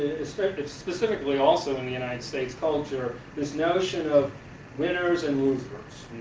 its specifically also in the united states culture, this notion of winners and losers.